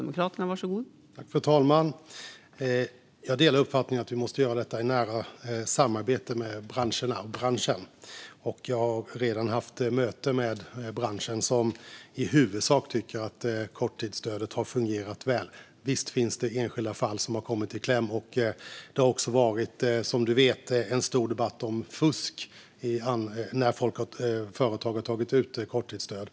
Fru talman! Jag delar uppfattningen att vi måste göra detta i nära samarbete med branschen, och jag har redan haft möte med branschen som i huvudsak tycker att korttidsstödet har fungerat väl. Visst finns det enskilda fall som har kommit i kläm, och det har också varit, som Alexandra Anstrell vet, en stor debatt om fusk när företag har tagit ut korttidsstöd.